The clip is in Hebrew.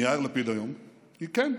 מיאיר לפיד היום היא, כן.